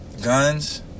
Guns